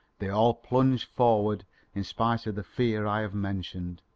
they all plunged forward in spite of the fear i have mentioned.